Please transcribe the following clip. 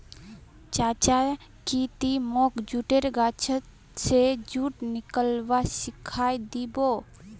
चाचा की ती मोक जुटेर गाछ स जुट निकलव्वा सिखइ दी बो